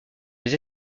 les